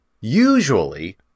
Usually